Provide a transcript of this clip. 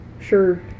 Sure